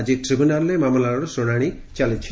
ଆକି ଟିବ୍ୟୁନାଲରେ ମାମଲାର ଶୁଶାଶି ଚାଲିଛି